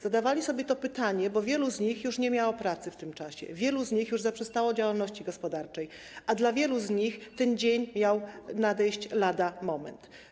Zadawali sobie to pytanie, bo wielu z nich już nie miało pracy w tym czasie, wielu z nich już zaprzestało działalności gospodarczej, a dla wielu z nich ten dzień miał nadejść lada moment.